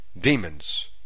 demons